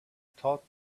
thought